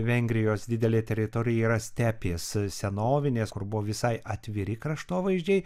vengrijos didelė teritorija yra stepės senovinės kur buvo visai atviri kraštovaizdžiai